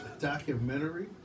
Documentary